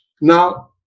Now